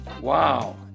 Wow